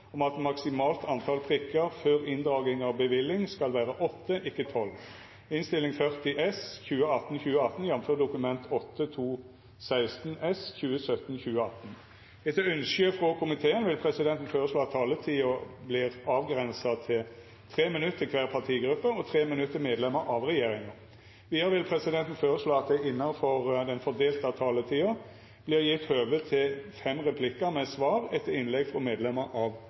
om ordet til sak nr. 2. Etter ønske frå helse- og omsorgskomiteen vil presidenten føreslå at taletida vert avgrensa til 3 minutt til kvar partigruppe og 3 minutt til medlemer av regjeringa. Vidare vil presidenten føreslå at det – innanfor den fordelte taletida – vert gjeve høve til inntil fem replikkar med svar etter innlegg frå medlemer av